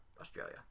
Australia